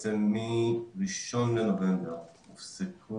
אוספים את זה למשרד הפנים ויש איסור אגירה עם הרואה עונשית